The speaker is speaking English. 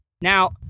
Now